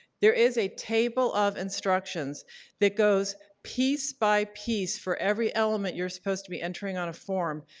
there is a table of instructions that goes piece by piece for every element you're supposed to be entering on a form.